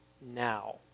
now